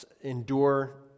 endure